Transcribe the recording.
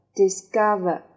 discover